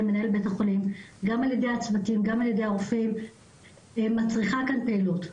מנהל בית החולים גם על ידי הצוותים גם על ידי הרופאים מצריכה כאן פעילות.